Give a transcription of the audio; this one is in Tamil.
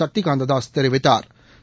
சக்தி காந்த தாஸ் தெரிவித்தாா்